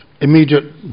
immediate